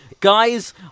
Guys